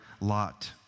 Lot